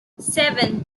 seven